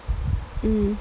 mmhmm